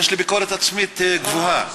יש לי ביקורת עצמית גבוהה.